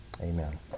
Amen